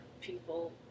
people